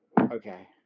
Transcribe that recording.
Okay